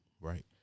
right